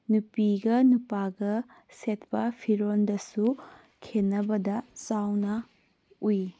ꯅꯨꯄꯤꯒ ꯅꯨꯄꯥꯒ ꯁꯦꯠꯄ ꯐꯤꯔꯣꯟꯗꯁꯨ ꯈꯦꯠꯅꯕꯗ ꯆꯥꯎꯅ ꯎꯏ